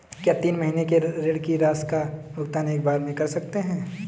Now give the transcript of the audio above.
क्या तीन महीने के ऋण की राशि का भुगतान एक बार में कर सकते हैं?